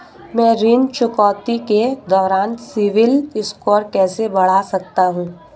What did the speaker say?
मैं ऋण चुकौती के दौरान सिबिल स्कोर कैसे बढ़ा सकता हूं?